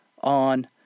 on